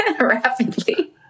Rapidly